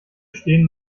stehen